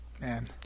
Man